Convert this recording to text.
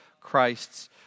Christ's